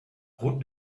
route